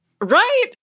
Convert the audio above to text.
Right